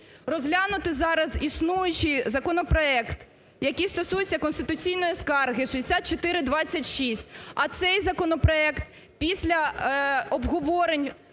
розглянути зараз існуючий законопроект, який стосується конституційної скарги, 6426. А цей законопроект після обговорень,